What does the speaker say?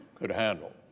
could handle.